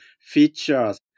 features